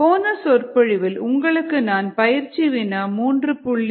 போன சொற்பொழிவில் உங்களுக்கு நான் பயிற்சி வினா 3